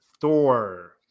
Thor